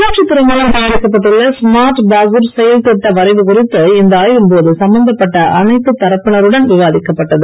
உள்ளாட்சி துறை மூலம் தயாரிக்கப்பட்டுள்ள ஸ்மார்ட் பாகூர் செயல் திட்ட வரைவு குறித்து இந்த ஆய்வின் போது சம்பந்தப்பட்ட அனைத்து தரப்பினருடன் விவாதிக்கப்பட்டது